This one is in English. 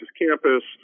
campus